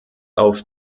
auf